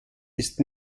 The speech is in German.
ist